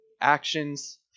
actions